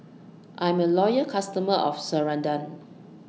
I'm A Loyal customer of Ceradan